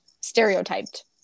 stereotyped